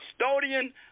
custodian